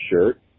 shirt